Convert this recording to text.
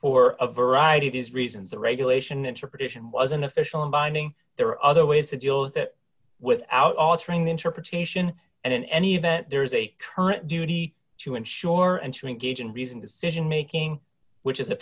for a variety of these reasons the regulation interpretation was an official and binding there are other ways to deal with it without altering the interpretation and in any event there is a current duty to ensure and to engage in reasoned decision making which is